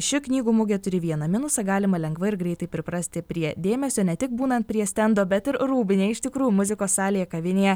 ši knygų mugė turi vieną minusą galima lengvai ir greitai priprasti prie dėmesio ne tik būnant prie stendo bet ir rūbinėj iš tikrųjų muzikos salėje kavinėje